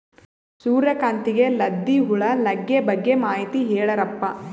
ಸೂರ್ಯಕಾಂತಿಗೆ ಲದ್ದಿ ಹುಳ ಲಗ್ಗೆ ಬಗ್ಗೆ ಮಾಹಿತಿ ಹೇಳರಪ್ಪ?